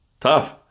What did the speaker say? tough